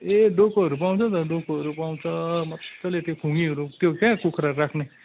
ए डोकोहरू पाउँछ त डोकोहरू पाउँछ मजाले त्यो खुङीहरू त्यो क्या कुखुराहरू राख्ने